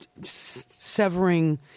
severing